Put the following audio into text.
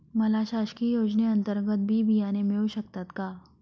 मला शासकीय योजने अंतर्गत बी बियाणे मिळू शकतात का?